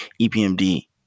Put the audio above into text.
EPMD